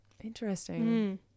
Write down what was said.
interesting